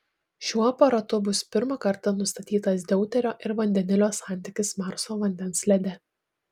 šiuo aparatu bus pirmą kartą nustatytas deuterio ir vandenilio santykis marso vandens lede